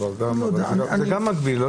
זה גם מגביל.